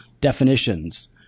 definitions